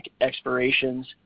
expirations